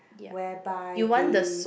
whereby the